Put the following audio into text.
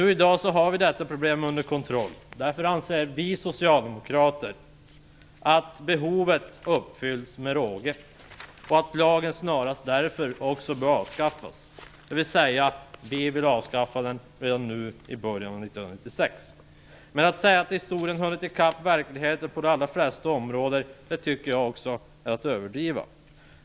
I dag har vi det problemet under kontroll. Därför anser vi socialdemokrater att behovet tillgodoses med råge och att lagen därför snarast bör avskaffas. Vi vill alltså avskaffa den redan i början av 1996. Men att säga att historien hunnit i kapp verkligheten på de allra flesta områden tycker också jag är att överdriva.